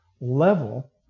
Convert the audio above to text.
level